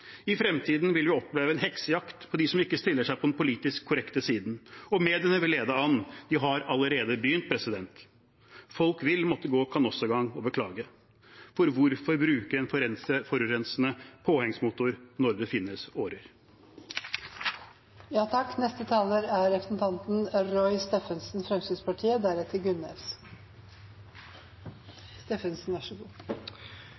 I fremtiden vil vi oppleve en heksejakt på dem som ikke stiller seg på den politisk korrekte siden, og mediene vil lede an. De har allerede begynt. Folk vil måtte gå kanossagang og beklage. Hvorfor bruke en forurensende påhengsmotor når det finnes årer? Hovedvirkemidlet til regjeringen i denne planen er